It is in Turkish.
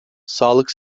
sağlık